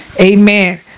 Amen